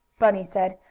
bunny said.